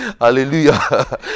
Hallelujah